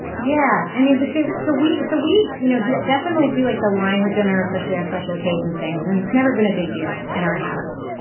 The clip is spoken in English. yeah. i mean, the suit. so we so we you know. yeah. definitely do like the wine with dinner, especially on special occasions things. there's never been a big deal in our house.